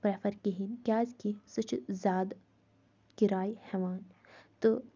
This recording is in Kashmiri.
پریفر کِہیٖنۍ کیٛازِ کہِ سُہ چھُ زیادٕ کِراے ہٮ۪وان تہٕ